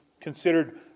considered